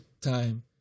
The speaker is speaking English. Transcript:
time